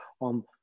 on